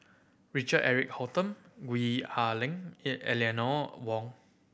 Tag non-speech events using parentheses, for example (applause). Richard Eric Holttum Gwee Ah Leng (unintelligible) Eleanor Wong